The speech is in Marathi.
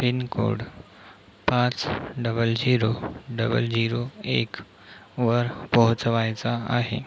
पिन कोड पाच डबल झिरो डबल झिरो एक वर पोहोचवायचा आहे